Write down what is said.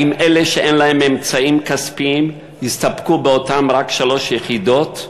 האם אלה שאין להם אמצעים כספיים יסתפקו באותן שלוש יחידות?